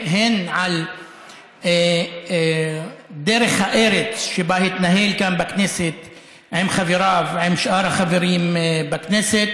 הן על דרך הארץ שבה התנהל כאן בכנסת עם החברים ועם שאר החברים בכנסת.